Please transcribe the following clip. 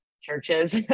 churches